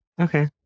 okay